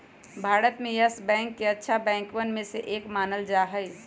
भारत में Yes Bank के अच्छा बैंकवन में से एक मानल जा हई